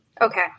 Okay